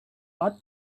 what